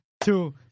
two